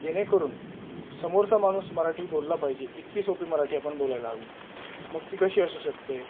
जेणेकरून समोरचा माणूस मराठी बोलला पाहिजे इतकी सोपी मराठी आपण बोलायला हवी मग ती कशी असू शकते